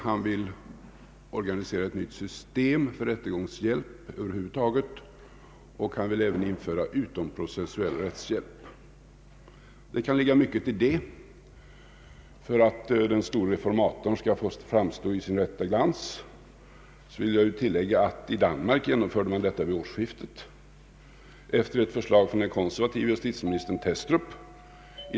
Han vill organisera ett nytt system för rättegångshjälp över huvud taget, och han vill även införa utomprocessuell rättshjälp. Det kan ligga mycket i detta. För att den store reformatorn skall få framstå i sin rätta glans vill jag tillägga att i Danmark genomförde man detta vid årsskiftet efter ett förslag under förra året från den konservative justitieministern Thestrup.